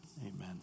Amen